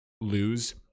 lose